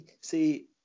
see